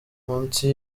munsi